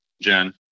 Jen